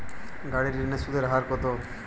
গাড়ির ঋণের সুদের হার কতো?